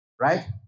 Right